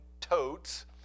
totes